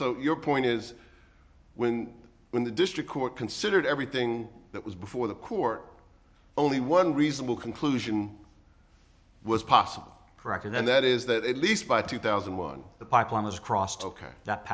so your point is when when the district court considered everything that was before the court only one reasonable conclusion was possible corrected then that is that at least by two thousand and one the pipeline was crossed ok that